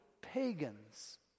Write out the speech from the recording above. pagans